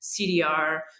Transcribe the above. CDR